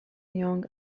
young